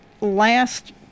last